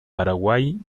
paraguay